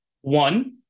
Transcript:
One